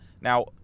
now